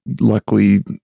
luckily